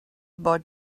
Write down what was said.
about